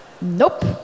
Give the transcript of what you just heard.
Nope